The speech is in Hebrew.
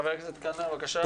חבר הכנסת קלנר, בבקשה.